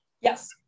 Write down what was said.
Yes